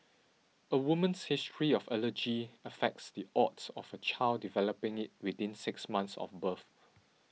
a woman's history of allergy affects the odds of her child developing it within six months of birth